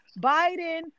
Biden